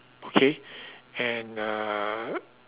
okay and uh